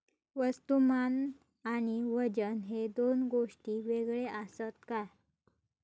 वस्तुमान आणि वजन हे दोन गोष्टी वेगळे आसत काय?